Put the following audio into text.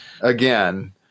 again